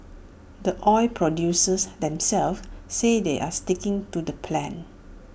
the oil producers themselves say they're sticking to the plan